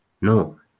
no